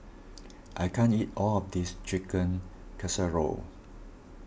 I can't eat all of this Chicken Casserole